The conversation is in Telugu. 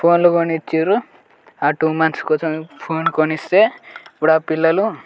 ఫోన్లు కొనిచారు ఆ టూ మంత్స్ కోసం ఫోన్ కొనిస్తే ఇప్పుడు ఆ పిల్లలు